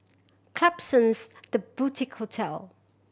Klapsons The Boutique Hotel